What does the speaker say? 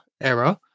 error